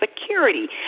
security